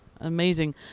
Amazing